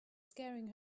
scaring